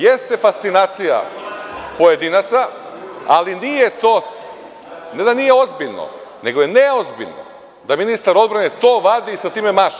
Jeste fascinacija pojedinaca, ali to ne da nije ozbiljno, nego je neozbiljno da ministar odbrane to vadi i sa time maše.